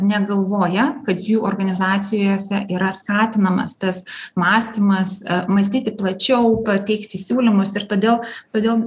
negalvoja kad jų organizacijose yra skatinamas tas mąstymas mąstyti plačiau pateikti siūlymus ir todėl todėl